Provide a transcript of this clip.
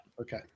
Okay